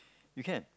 you can't